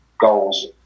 goals